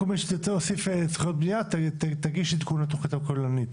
כל פעם שתרצה להוסיף זכויות בנייה תגיש עדכון לתכנית הכוללנית,